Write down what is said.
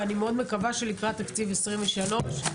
ואני מאוד מקווה שלקראת תקציב 23' זה